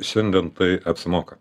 šiandien tai apsimoka